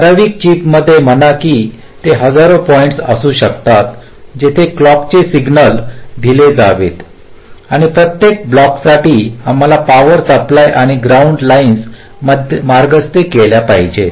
ठराविक चिपमध्ये म्हणा की तेथे हजारो पॉईंट्स असू शकतात जिथे क्लॉकचे सिग्नल दिले जावेत आणि प्रत्येक ब्लॉकसाठी आम्हाला पॉवर सप्लाय आणि ग्राउंड लाईन्स मार्गस्थ केल्या पाहिजेत